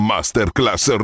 Masterclass